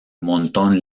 montón